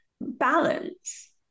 balance